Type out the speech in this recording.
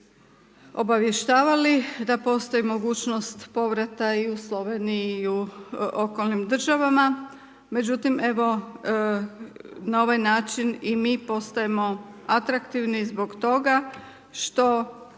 obavještavali da postoji mogućnost povrata i u Sloveniji i u okolnim državama. Međutim evo na ovaj način i mi postajemo atraktivni zbog toga što